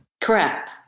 Correct